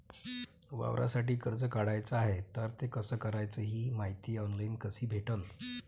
वावरासाठी कर्ज काढाचं हाय तर ते कस कराच ही मायती ऑनलाईन कसी भेटन?